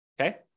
okay